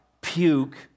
puke